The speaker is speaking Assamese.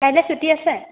কাইলে ছুটি আছে